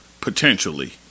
potentially